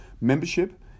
membership